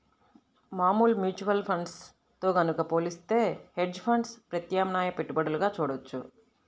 మామూలు mutual funds తో గనక పోలిత్తే హెడ్జ్ ఫండ్స్ ప్రత్యామ్నాయ పెట్టుబడులుగా చూడొచ్చు